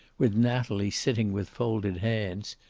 with natalie sifting with folded hands,